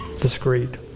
discreet